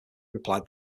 replied